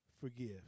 forgive